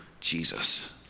Jesus